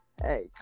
hey